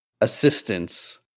assistance